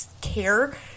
care